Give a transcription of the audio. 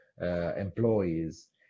employees